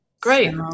great